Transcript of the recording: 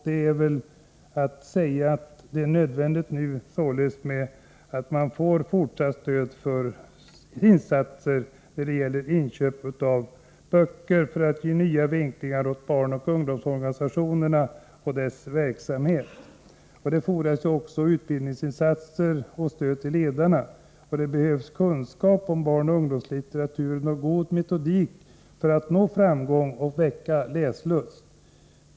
Det är nödvändigt att det nu ges fortsatt stöd för insatser när det gäller inköp av böcker för att skapa nya vinklingar för verksamheten inom barnoch ungdomsorganisationerna. Det fordras också utbildningsinsatser och stöd till ledarna. Vidare erfordras kunskap om barnoch ungdomslitteraturen samt god metodik för att man skall nå framgång och kunna väcka läslust.